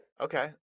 Okay